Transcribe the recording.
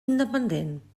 independent